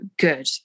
good